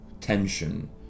tension